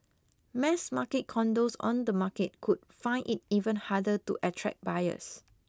mass market condos on the market could find it even harder to attract buyers